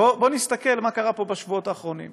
בוא נסתכל מה קרה פה בשבועות האחרונים: